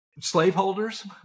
slaveholders